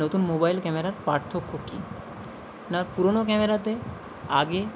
নতুন মোবাইল ক্যামেরার পার্থক্য কী না পুরোনো ক্যামেরাতে আগে